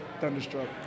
Thunderstruck